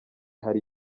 hari